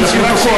בשביל הפרוטוקול.